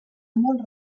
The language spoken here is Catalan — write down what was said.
molt